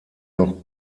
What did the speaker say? noch